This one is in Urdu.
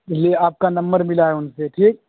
یہ آپ کا نمبر ملا ہے ان سے ٹھیک